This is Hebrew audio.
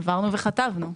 עברנו וכתבנו.